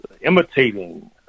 imitating